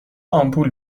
آمپول